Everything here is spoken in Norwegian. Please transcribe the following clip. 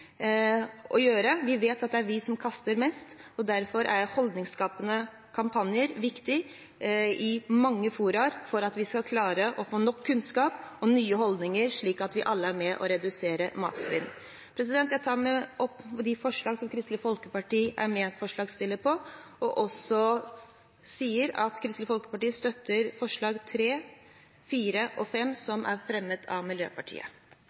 å gjøre. Vi vet at det er vi som kaster mest, og derfor er holdningsskapende kampanjer viktige i mange fora for at vi skal klare å få nok kunnskap og nye holdninger, slik at vi alle er med på å redusere matsvinnet. Jeg tar med dette opp de forslag som Kristelig Folkeparti er medforslagsstiller til. Kristelig Folkeparti støtter forslagene nr. 3, 4 og 5, som er fremmet av Miljøpartiet.